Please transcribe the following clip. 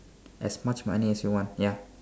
as much money as you want ya